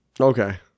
okay